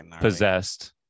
possessed